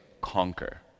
conquer